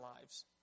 lives